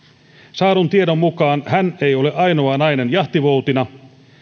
saadun tiedon mukaan hän ei ole ainoa nainen jahtivoutina